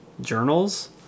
journals